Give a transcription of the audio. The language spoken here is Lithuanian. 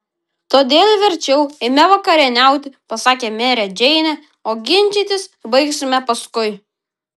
todėl verčiau eime vakarieniauti pasakė merė džeinė o ginčytis baigsime paskui